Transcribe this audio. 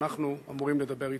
ואנחנו אמורים לדבר אתם.